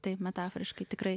taip metaforiškai tikrai